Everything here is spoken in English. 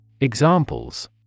Examples